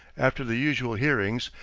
after the usual hearings,